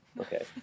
Okay